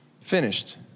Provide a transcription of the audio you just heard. finished